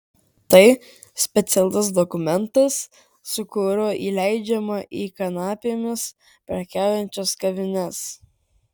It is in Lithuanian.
tai specialus dokumentas su kuriuo įleidžiama į kanapėmis prekiaujančias kavines